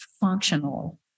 Functional